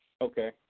Okay